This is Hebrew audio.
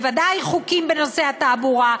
בוודאי חוקים בנושא התעבורה,